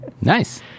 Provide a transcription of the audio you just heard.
Nice